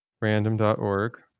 random.org